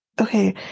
Okay